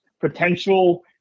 potential